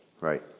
Right